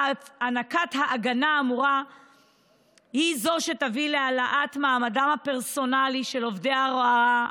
הענקת ההגנה האמורה היא שתביא להעלאת מעמדם הפרסונלי של עובדי ההוראה,